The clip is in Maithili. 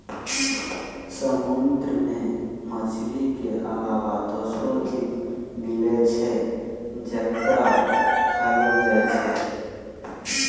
समुंदर मे मछली के अलावा दोसरो जीव मिलै छै जेकरा खयलो जाय छै